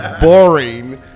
boring